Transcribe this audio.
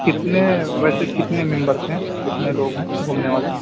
کتنے ویسے کتنے ممبرس ہیں کتنے لوگ ہیں گھومنے والے